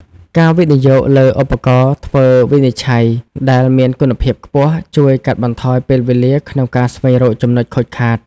ការវិនិយោគលើឧបករណ៍ធ្វើវិនិច្ឆ័យដែលមានគុណភាពខ្ពស់ ជួយកាត់បន្ថយពេលវេលាក្នុងការស្វែងរកចំណុចខូចខាត។